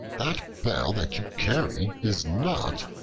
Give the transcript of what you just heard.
that bell that you carry is not,